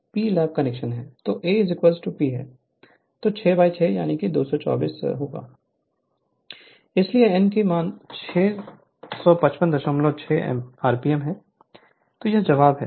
इसलिए विशेष रूप से प्रथम वर्ष के स्तर पर जो कि सिंगल फेज ट्रांसफॉर्मर है को कवर किया गया है और इंडक्शन मशीन और डीसी मोटर बस मैंने छुआ है मैं इस बात पर विचार करते हुए नहीं गया कि वास्तव में पहले साल में या कोई भी इस पाठ्यक्रम को ले सकता है लेकिन यह सिर्फ बुनियादी बात है हमने चर्चा की है कि कुछ भी नहीं है विस्तार से